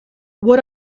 what